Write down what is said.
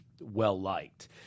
well-liked